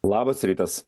labas rytas